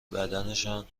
بدنشان